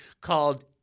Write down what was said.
called